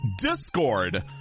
Discord